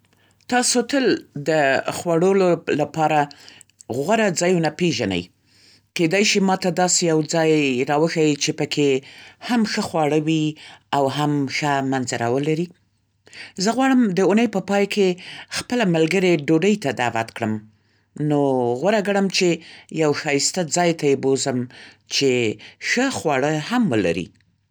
‎ تاسو تل د خوړلو لپاره غوره ځایونه پېژنئ. کیدای شی ما ته داسې يو ځای راوښیئ چې پکې هم ښه خواړه وي او هم ښه منظره ولري؟ زه غواړم د اوونۍ په پای کې خپله ملګرې ډوډۍ ته دعوت کړم. نو غوره ګڼم چې یو ښایسته ځای ته یې بوزم چې ښه خواړه هم ولري!